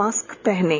mask पहनें